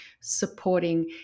supporting